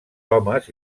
homes